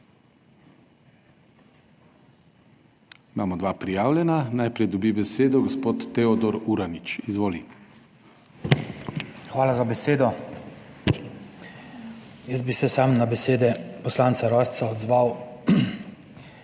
Hvala za besedo. Jaz bi se samo na besede poslanca Rosca odzval.